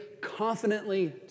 confidently